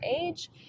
age